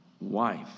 wife